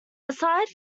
aside